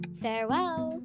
farewell